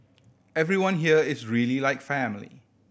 everyone here is really like family